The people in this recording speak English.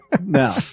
no